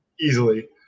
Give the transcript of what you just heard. easily